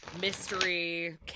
mystery